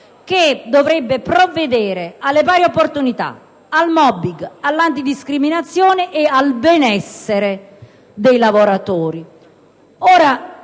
che dovrebbe provvedere alle pari opportunità, al *mobbing*, all'antidiscriminazione e al benessere dei lavoratori.